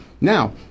Now